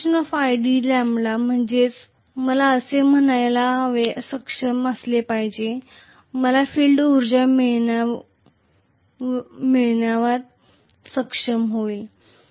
d म्हणजेच मला असे म्हणायला सक्षम असले पाहिजे मला फील्ड उर्जा मिळविण्यात सक्षम होईल